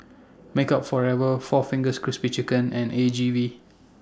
Makeup Forever four Fingers Crispy Chicken and A G V